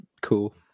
cool